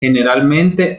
generalmente